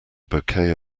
bouquet